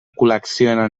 col·lecciona